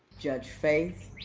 judge faith,